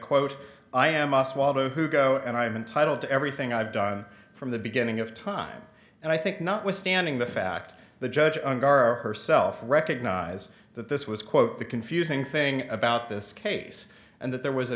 quote i am us while the who go and i'm entitled to everything i've done from the beginning of time and i think notwithstanding the fact the judge unbar or herself recognize that this was quote the confusing thing about this case and that there was a